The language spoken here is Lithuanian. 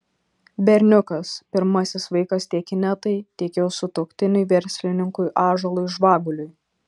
berniukas pirmasis vaikas tiek inetai tiek jos sutuoktiniui verslininkui ąžuolui žvaguliui